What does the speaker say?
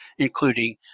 including